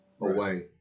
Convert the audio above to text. away